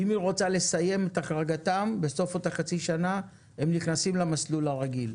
אם היא רוצה לסיים את החרגתם בסוף אותה חצי שנה הם נכנסים למסלול הרגיל,